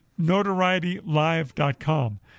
notorietylive.com